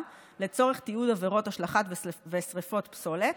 לצורך תיעוד עבירות השלכה ושרפת פסולת.